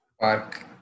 park